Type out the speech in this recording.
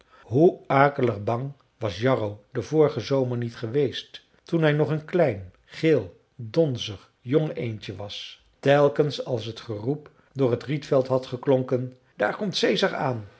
hoe akelig bang was jarro den vorigen zomer niet geweest toen hij nog een klein geel donzig jong eendje was telkens als het geroep door het rietveld had geklonken daar komt caesar aan